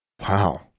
Wow